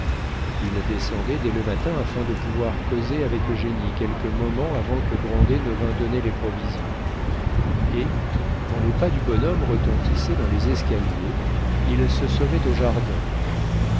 il descendait dès le matin afin de pouvoir causer avec eugénie quelques moments avant que grandet vînt donner les provisions et quand les pas du bonhomme retentissaient dans les escaliers il se sauvait au jardin